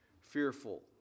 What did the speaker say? fearful